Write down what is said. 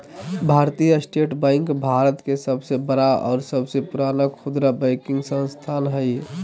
भारतीय state bank Bharat के सबसे बड़ा और सबसे पुराना खुदरा बैंकिंग संस्थान हइ